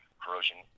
corrosion